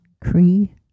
Cree